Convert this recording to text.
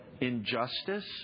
injustice